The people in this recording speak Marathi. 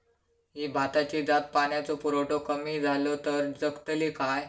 ही भाताची जात पाण्याचो पुरवठो कमी जलो तर जगतली काय?